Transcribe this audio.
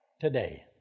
today